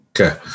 Okay